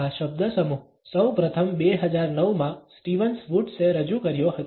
આ શબ્દસમૂહ સૌપ્રથમ 2009 માં સ્ટીવન્સ વુડ્સે રજૂ કર્યો હતો